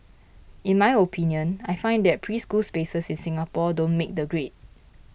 in my opinion I find that preschool spaces in Singapore don't make the grade